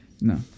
no